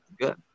good